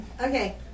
Okay